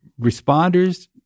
responders